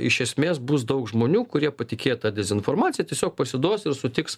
iš esmės bus daug žmonių kurie patikėję ta dezinformacija tiesiog pasiduos ir sutiks